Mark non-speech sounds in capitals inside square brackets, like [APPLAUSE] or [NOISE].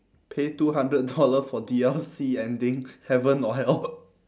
pay two hundred dollar for D_L_C ending heaven or hell [NOISE]